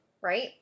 Right